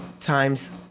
times